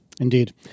Indeed